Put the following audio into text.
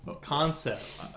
concept